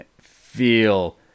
feel